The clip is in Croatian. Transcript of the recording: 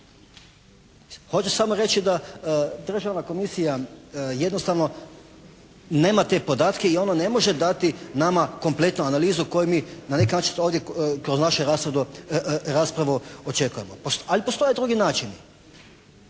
Hoću samo reći da državna komisija jednostavno nema te podatke i ona ne može dati nama kompletnu analizu koju mi na neki način ovdje kroz našu raspravu očekujemo, ali postoje drugi načini.